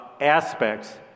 aspects